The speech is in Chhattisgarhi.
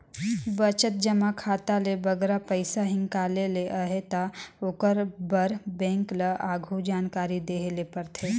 बचत जमा खाता ले बगरा पइसा हिंकाले ले अहे ता ओकर बर बेंक ल आघु जानकारी देहे ले परथे